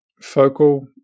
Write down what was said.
focal